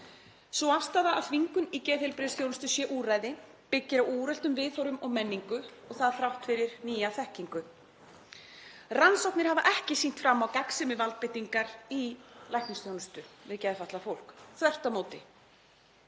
Sú afstaða að þvingun í geðheilbrigðisþjónustu sé úrræði byggir á úreltum viðhorfum og menningu og það þrátt fyrir nýja þekkingu. Rannsóknir hafa ekki sýnt fram á gagnsemi valdbeitingar í læknisþjónustu við geðfatlað fólk, þvert á móti.